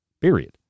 period